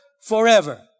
forever